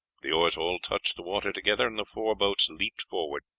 the oars all touched the water together and the four boats leaped forward.